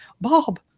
Bob